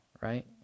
right